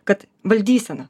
kad valdysena